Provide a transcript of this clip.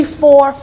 four